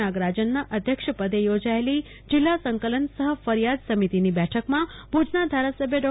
નાગરાજનના અધ્યક્ષપદે યોજાથેલી જિલ્લા સંકલન સંક ક્રિયાદસમિતિની બેઠકમાં ભુજના ધારાસભ્ય ડો